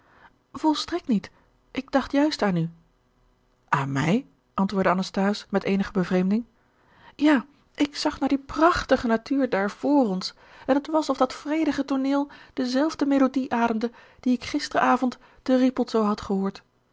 volstrekt niet ik dacht juist aan u aan mij antwoordde anasthase met eenige bevreemding ja ik zag naar die prachtige natuur daar vr ons en het was of dat vredige tooneel dezelfde melodie ademde die ik gisteren avond te rippoldsau had gehoord